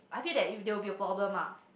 I feel that you there will be problem lah